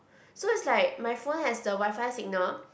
so it's like my phone has the Wi-Fi signal